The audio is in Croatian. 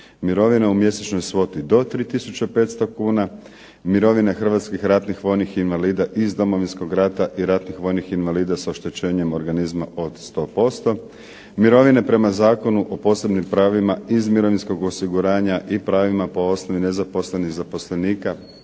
mirovine u mjesečnoj svoti do 3 tisuće 500 kuna, mirovine hrvatskih ratnih vojnih invalida iz Domovinskog rata i ratnih vojnih invalida s oštećenjem organizma od 100%, mirovine prema Zakonu o posebnim pravima iz mirovinskog osiguranja i pravima po osnovi nezaposlenih zaposlenika